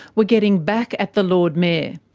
were getting back at the lord mayor.